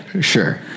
Sure